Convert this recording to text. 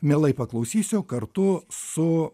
mielai paklausysiu kartu su